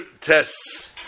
tests